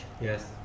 Yes